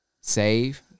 Save